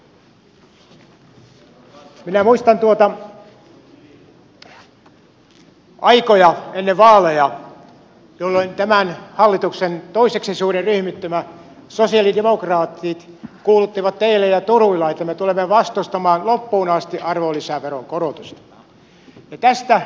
minä muistan aikoja ennen vaaleja jolloin tämän hallituksen toiseksi suurin ryhmittymä sosialidemokraatit kuuluttivat teillä ja turuilla että me tulemme vastustamaan loppuun asti arvonlisäveron korotusta